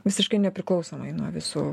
visiškai nepriklausomai nuo visų